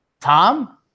Tom